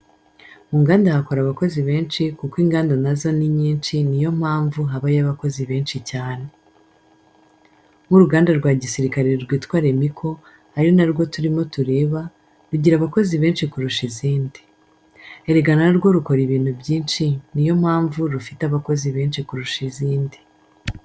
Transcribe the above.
Mu nganda hakora abakozi benshi kuko inganda nazo ni nyinshi ni yo mpamvu habayo abakozi benshi cyane. Nk'uruganda rwa gisirikare rwitwa Remiko ari na rwo turimo tureba, rugira abakozi benshi kurusha izindi. Erega na rwo rukora ibintu byinshi ni yo mpamvu rufite abakozi benshi kurusha izindi.